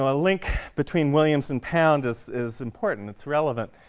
ah link between williams and pound is is important, it's relevant.